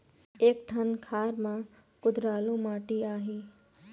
एक ठन खार म कुधरालू माटी आहे?